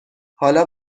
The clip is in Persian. حالا